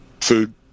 food